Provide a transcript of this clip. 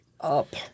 up